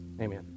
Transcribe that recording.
amen